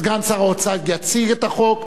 סגן שר האוצר יציג את החוק,